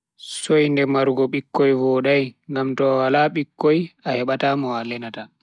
Soinde marugo bikkoi vodai. Ngam to a wala bikkoi, a hebata mo a lenata.